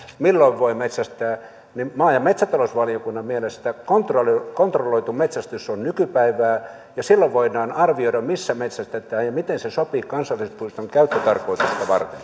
milloin voi metsästää maa ja metsätalousvaliokunnan mielestä kontrolloitu metsästys on nykypäivää ja silloin voidaan arvioida missä metsästetään ja miten se sopii kansallispuiston käyttötarkoitukseen